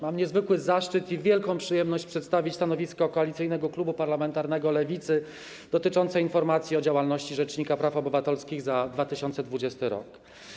Mam niezwykły zaszczyt i wielką przyjemność przedstawić stanowisko Koalicyjnego Klubu Parlamentarnego Lewicy dotyczące informacji o działalności rzecznika praw obywatelskich za 2020 r.